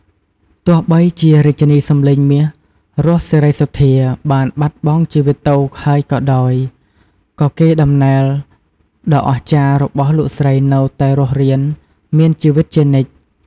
ទោះបីជារាជិនីសំឡេងមាស រស់ សេរីសុទ្ធា បានបាត់បង់ជីវិតទៅហើយក៏ដោយ ក៏កេរ្តិ៍ដំណែលដ៏អស្ចារ្យរបស់លោកស្រីនៅតែរស់រានមានជីវិតជានិច្ច។